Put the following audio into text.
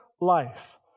life